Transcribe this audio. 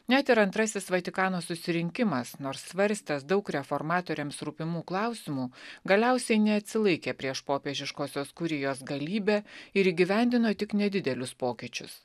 net ir antrasis vatikano susirinkimas nors svarstęs daug reformatoriams rūpimų klausimų galiausiai neatsilaikė prieš popiežiškosios kurijos galybę ir įgyvendino tik nedidelius pokyčius